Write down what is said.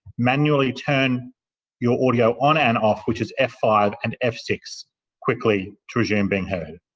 manually turn your audio on and off, which is f five and f six quickly, to resume being heard.